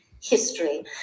history